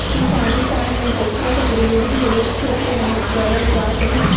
किसानी काम मे टेक्टर कर परियोग ढेरे छेतर मे करल जात अहे